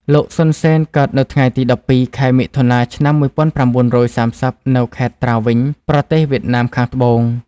លោកសុន សេន កើតនៅថ្ងៃទី១២ ខែ មិថុនា ឆ្នាំ១៩៣០ នៅខេត្តត្រាវិញ ប្រទេសវៀតណាមខាងត្បូង។